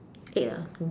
eight ah